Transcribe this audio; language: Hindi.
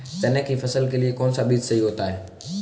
चने की फसल के लिए कौनसा बीज सही होता है?